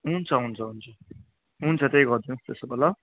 हुन्छ हुन्छ हुन्छ हुन्छ त्यही गरिदिनुहोस् त्यसो भए ल